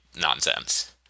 nonsense